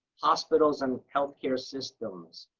hospitals and health care systems,